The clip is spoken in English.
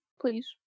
please